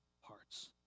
hearts